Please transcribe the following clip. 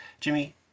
jimmy